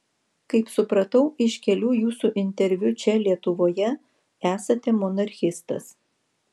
kaip supratau iš kelių jūsų interviu čia lietuvoje esate monarchistas